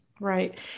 right